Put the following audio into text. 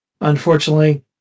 unfortunately